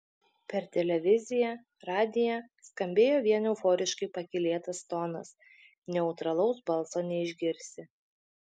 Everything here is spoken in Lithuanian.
per televiziją radiją skambėjo vien euforiškai pakylėtas tonas neutralaus balso neišgirsi